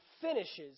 finishes